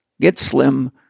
get-slim